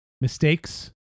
mistakes